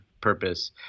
purpose